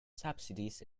subsidies